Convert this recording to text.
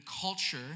culture